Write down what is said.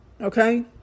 Okay